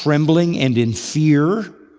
trembling and in fear,